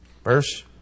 Verse